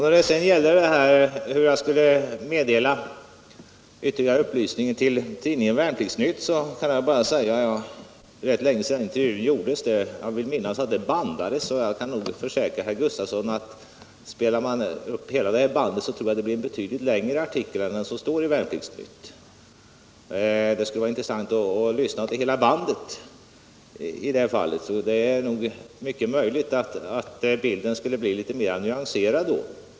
När det gäller frågan hur jag skulle meddela ytterligare upplysning till tidningen Värnplikts-Nytt vill jag först säga att det var rätt länge sedan intervjun gjordes. Jag vill minnas att den bandades, och spelar man upp hela bandet, så tror jag det blir en betydligt längre artikel än den som står i Värnplikts-Nytt. Det skulle alltså vara intressant att lyssna till hela bandet, det är mycket möjligt att bilden skulle bli litet mera nyanserad då.